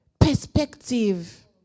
perspective